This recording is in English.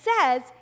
says